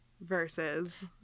Versus